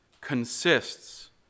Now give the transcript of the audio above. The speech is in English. consists